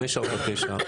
549,